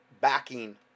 backing